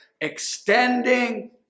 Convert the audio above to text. extending